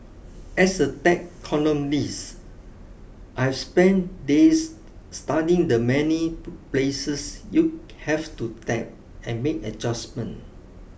as a tech columnist I've spent days studying the many places you have to tap and make adjustment